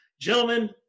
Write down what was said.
Gentlemen